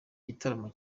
gitaramo